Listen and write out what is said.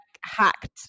hacked